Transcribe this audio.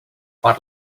per